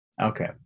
Okay